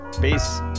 Peace